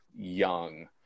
young